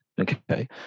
Okay